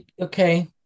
Okay